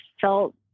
felt